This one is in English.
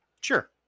Sure